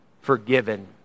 forgiven